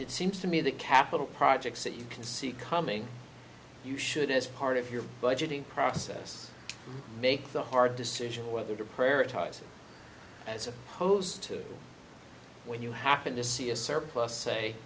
it seems to me that capital projects that you can see coming you should as part of your budgeting process make the hard decision whether to prioritize as opposed to when you happen to see a surplus say